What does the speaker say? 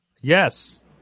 Yes